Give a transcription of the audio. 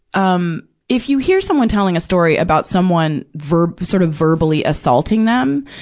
um, if you hear someone telling a story about someone verb, sort of verbally assaulting them,